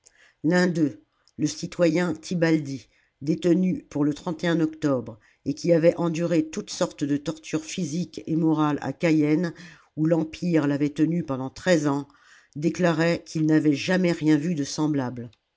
le citoyen tibaldi détenu pour le octobre et qui avait enduré toutes sortes de tortures physiques et morales à cayenne où l'empire l'avait tenu pendant treize ans déclarait qu'il n'avait jamais rien vu de semblable